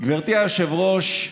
גברתי היושבת-ראש,